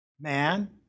Man